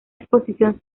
exposición